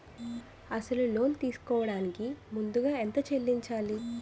అసలు లోన్ తీసుకోడానికి ముందుగా ఎంత చెల్లించాలి?